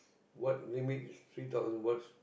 what limit is three thousand what's